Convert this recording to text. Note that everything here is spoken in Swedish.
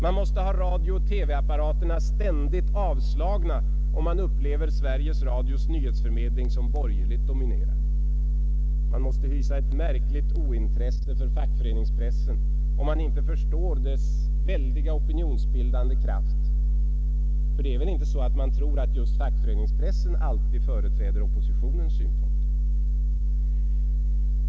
Man måste ha radiooch TV-apparaterna ständigt avslagna, om man upplever Sveriges Radios nyhetsförmedling som borgerligt dominerad. Man måste hysa ett märkligt ointresse för fackföreningspressen, om man inte förstår dess väldiga opinionsbildande kraft — för det är väl inte så att man tror att just fackföreningspressen alltid företräder oppositionens synpunkter?